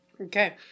Okay